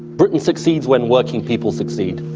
britain succeeds when working people succeed,